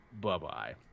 Bye-bye